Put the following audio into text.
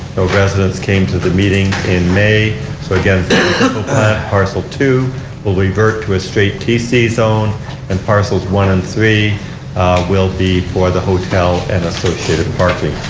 no residents came to the meeting in may. so again parcel two will revert to a straight tc zone and parcel one and three will be for the hotel and associated parking.